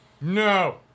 No